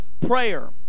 prayer